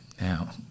now